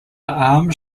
arms